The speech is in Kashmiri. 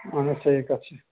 اَہَن حظ صحی کَتھ چھِ